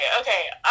Okay